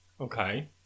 Okay